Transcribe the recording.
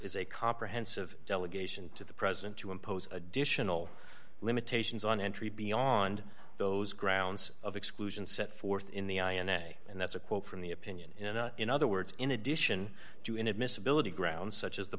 is a comprehensive delegation to the president to impose additional limitations on entry beyond those grounds of exclusion set forth in the ins and that's a quote from the opinion in other words in addition to in admissibility ground such as the